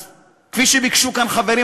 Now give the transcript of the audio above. כפי שביקשו כאן חברים,